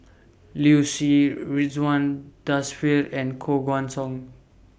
Liu Si Ridzwan Dzafir and Koh Guan Song